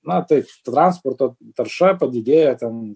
na taip to transporto tarša padidėjo ten